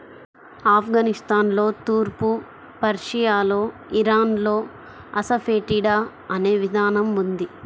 ఆఫ్ఘనిస్తాన్లో, తూర్పు పర్షియాలో, ఇరాన్లో అసఫెటిడా అనే విధానం ఉంది